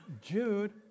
Jude